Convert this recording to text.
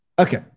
Okay